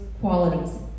qualities